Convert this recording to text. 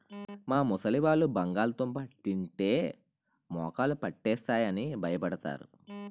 మా ముసలివాళ్ళు బంగాళదుంప తింటే మోకాళ్ళు పట్టేస్తాయి అని భయపడతారు